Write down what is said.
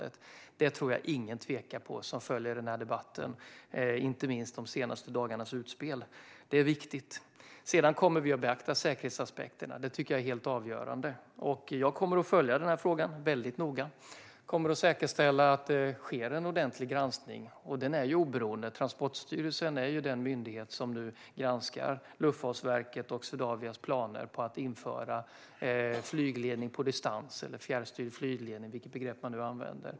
Det är viktigt, och där tror jag inte att någon som följt den här debatten och de senaste dagarnas utspel tvivlar på oss. Vi kommer att beakta säkerhetsaspekterna. Det tycker jag är helt avgörande, och jag kommer att följa frågan väldigt noga och säkerställa att det sker en ordentlig granskning. Det är en oberoende granskning. Transportstyrelsen är ju den myndighet som nu granskar Luftfartsverkets och Swedavias planer på att införa flygledning på distans eller fjärrstyrd flygledning, vilket begrepp man nu använder.